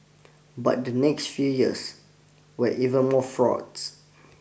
but the next few years were even more fraught